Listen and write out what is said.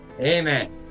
Amen